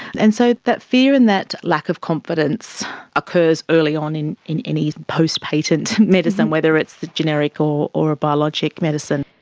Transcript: and so that fear and that lack of confidence occurs early on in in any post patent medicine, whether it's the generic or or a biologic medicine.